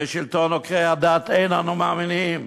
בשלטון עוקרי הדת אין אנו מאמינים,